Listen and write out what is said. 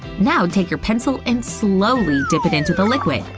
now take your pencil and slowly dip it into the liquid.